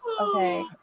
okay